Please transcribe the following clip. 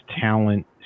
talent